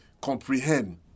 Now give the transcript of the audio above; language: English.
comprehend